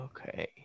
Okay